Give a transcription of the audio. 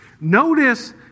Notice